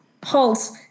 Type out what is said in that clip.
pulse